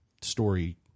story